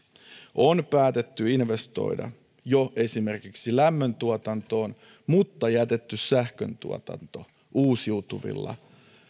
on jo päätetty investoida esimerkiksi lämmöntuotantoon mutta jätetty sähköntuotanto uusiutuvilla